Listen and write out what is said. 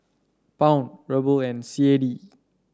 Pound Ruble and C A D